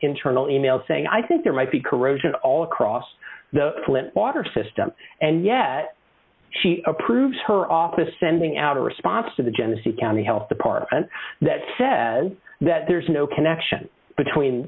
internal e mails saying i think there might be corrosion all across the flint water system and yet she approved her office sending out a response to the genesee county health department that said that there's no connection between